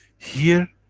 here